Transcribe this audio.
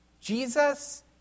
Jesus